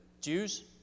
Jews